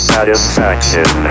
Satisfaction